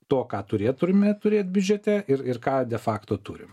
to ką turėtume turėt biudžete ir ir ką de fakto turim